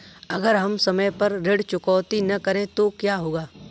अगर हम समय पर ऋण चुकौती न करें तो क्या होगा?